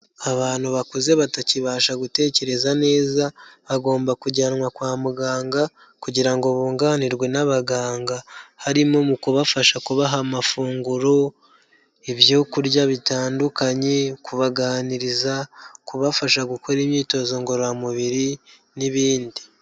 Abantu bakuze batakibasha gutekereza neza bagomba kujyanwa kwa muganga kugira ngo bunganirwe n'abaganga, harimo mu kubafasha kubaha amafunguro, ibyo kurya bitandukanye, kubaganiriza, kubafasha gukora imyitozo ngororamubiri n'ibindi.